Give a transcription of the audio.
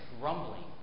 grumbling